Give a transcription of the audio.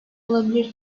olabilir